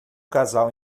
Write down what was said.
casal